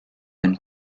been